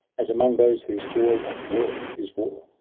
as among those whose joy and work is war.